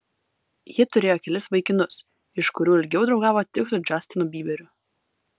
ji turėjo kelis vaikinus iš kurių ilgiau draugavo tik su džastinu byberiu